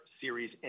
Series